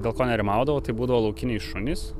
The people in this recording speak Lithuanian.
dėl ko nerimaudavau tai būdavo laukiniai šunys